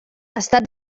estat